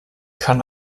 kann